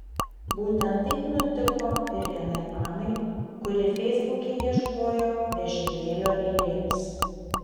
būtent taip nutiko ir vienai mamai kuri feisbuke ieškojo vežimėlio lėlėms